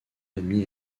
ami